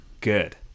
Good